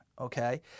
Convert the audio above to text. okay